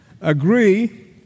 agree